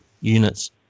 units